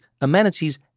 amenities